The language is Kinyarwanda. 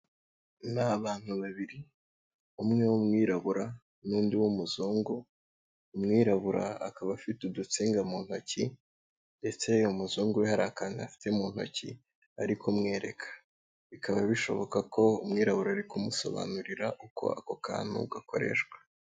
Ni abantu babiri umwe w'umwirabura n'undi w'umuzungu, umwirabura akaba afite udutsinga mu ntoki ndetse umuzungu we hari akantu afite mu ntoki ari kumwereka, bikaba bishoboka ko umwirabura ari kumusobanurira uko ako kantu gakoreshwa.